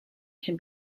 can